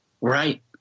Right